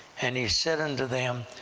and he said unto them,